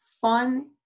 fun